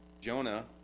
Jonah